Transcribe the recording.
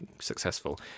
successful